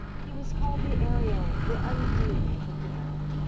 he was called the ariel, the undine of the piano.